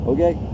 Okay